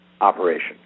operation